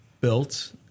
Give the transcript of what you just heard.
built